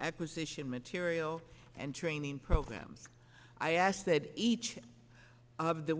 acquisition materials and training program i asked that each of the